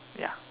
ya